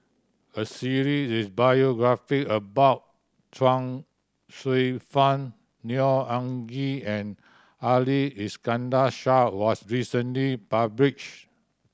a series biography about Chuang Hsueh Fang Neo Anngee and Ali Iskandar Shah was recently published